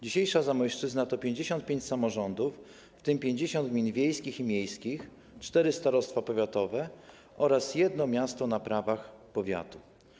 Dzisiejsza Zamojszczyzna to 55 samorządów, w tym 50 gmin wiejskich i miejskich, cztery starostwa powiatowe oraz jedno miasto na prawach powiatu.